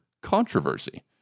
controversy